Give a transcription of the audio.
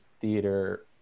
theater